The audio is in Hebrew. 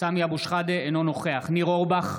אינו נוכח ניר אורבך,